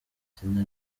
izina